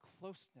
closeness